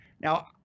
Now